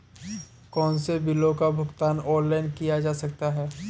कौनसे बिलों का भुगतान ऑनलाइन किया जा सकता है?